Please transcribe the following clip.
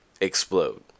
explode